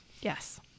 Yes